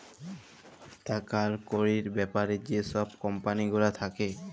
টাকা কড়ির ব্যাপারে যে ছব কম্পালি গুলা থ্যাকে